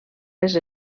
les